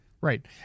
Right